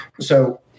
So-